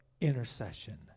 intercession